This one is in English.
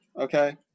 okay